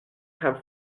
have